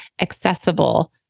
accessible